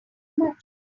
much